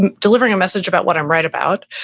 and delivering a message about what i'm right about,